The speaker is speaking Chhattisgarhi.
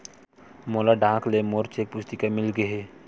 मोला डाक ले मोर चेक पुस्तिका मिल गे हे